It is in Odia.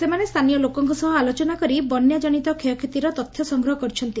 ସେମାନେ ସ୍ଚାନୀୟ ଲୋକଙ୍କ ସହ ଆଲୋଚନା କରି ବନ୍ୟା ଜନିତ ଷୟକ୍ଷତିର ତଥ୍ୟ ସଂଗ୍ରହ କରିଛନ୍ତି